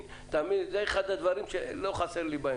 תאמין לי, זה אחד הדברים שלא חסר לי בהם.